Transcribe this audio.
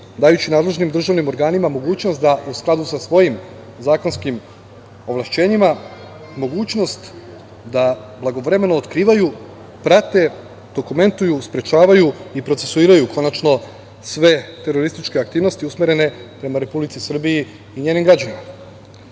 dajući nadležnim državnim organima mogućnost da u skladu sa svojim zakonskim ovlašćenjima mogućnost da blagovremeno otkrivaju, prate, dokumentuju, sprečavaju i procesiraju konačno sve terorističke aktivnosti, usmerene prema Republici Srbiji i njenim građanima. Ovo